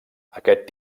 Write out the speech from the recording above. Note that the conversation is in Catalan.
aquest